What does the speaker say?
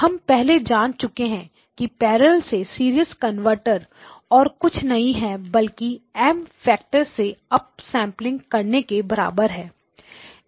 हम पहले जान चुके हैं कि पैरेलल से सीरियल कनवर्टर और कुछ नहीं है बल्कि एम M फैक्टर से अप सेंपलिंग करने के बराबर है